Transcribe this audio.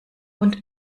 und